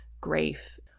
grief